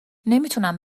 نمیتونم